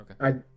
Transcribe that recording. Okay